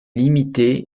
limité